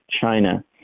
China